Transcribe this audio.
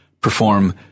perform